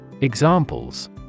Examples